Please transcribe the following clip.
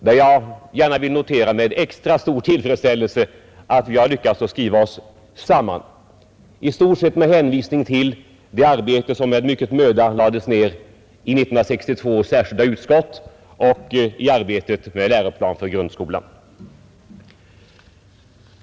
Men vi har ändå, och det noterar jag med alldeles speciell tillfredsställelse, lyckats skriva oss samman, i stort sett med hänvisning till det arbete och den möda som lades ned av 1962 års särskilda utskott och i arbetet med läroplan för grundskolan.